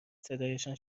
صدایشان